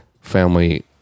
family